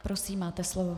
Prosím, máte slovo.